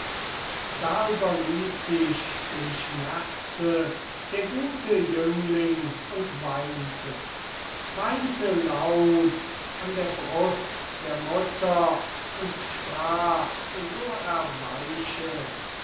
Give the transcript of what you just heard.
da überließ sich dem schmerze der gute jüngling und weinte weinte laut an der brust der mutter und sprach so erweichet